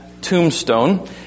tombstone